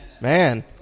Man